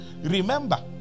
remember